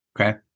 Okay